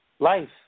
Life